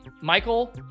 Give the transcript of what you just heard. Michael